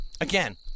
Again